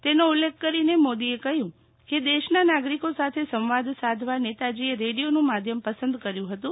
તેનો ઉલ્લેખ કરીને મોદીએ કહ્યું કે દેશના નાગરિકો સાથે સંવાદ સાધવા નેતાજીએ રેડીયોનું માધ્યમ પસંદ કર્યું હતું